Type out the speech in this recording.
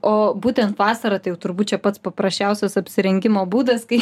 o būtent vasarą tai jau turbūt čia pats paprasčiausias apsirengimo būdas kai